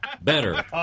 better